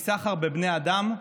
מסחר בבני אדם.